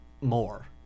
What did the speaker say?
more